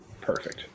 Perfect